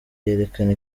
yerekana